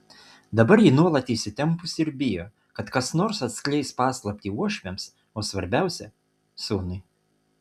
dabar ji nuolat įsitempusi ir bijo kad kas nors atskleis paslaptį uošviams o svarbiausia sūnui